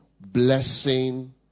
blessing